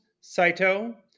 Saito